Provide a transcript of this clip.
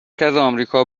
آمریکا